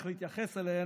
חבר הכנסת בוסו, די.